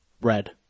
Red